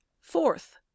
Fourth